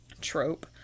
Trope